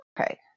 Okay